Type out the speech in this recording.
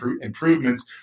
improvements